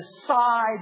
decide